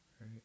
right